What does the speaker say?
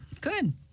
good